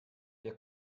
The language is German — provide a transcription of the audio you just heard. der